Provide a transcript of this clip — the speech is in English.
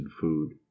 food